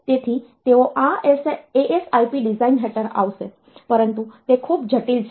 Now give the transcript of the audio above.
તેથી તેઓ આ ASIP ડિઝાઇન હેઠળ આવશે પરંતુ તે ખૂબ જટિલ છે